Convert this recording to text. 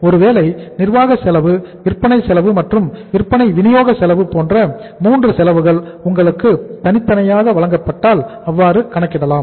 ஒருவேளை நிர்வாக செலவு விற்பனை செலவு மற்றும் விற்பனை வினியோக செலவு போன்ற மூன்று செலவுகள் உங்களுக்கு தனித்தனியாக வழங்கப்பட்டால் அவ்வாறு கணக்கிடலாம்